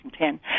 2010